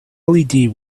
led